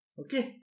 Okay